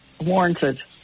warranted